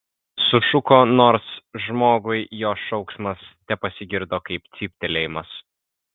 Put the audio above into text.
sušuko nors žmogui jo šauksmas tepasigirdo kaip cyptelėjimas